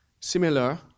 Similar